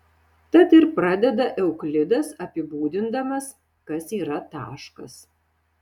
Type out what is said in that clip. tad ir pradeda euklidas apibūdindamas kas yra taškas